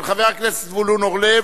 של חבר הכנסת זבולון אורלב.